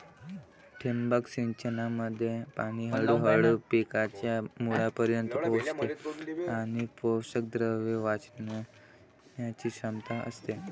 ठिबक सिंचनामध्ये पाणी हळूहळू पिकांच्या मुळांपर्यंत पोहोचते आणि पोषकद्रव्ये वाचवण्याची क्षमता असते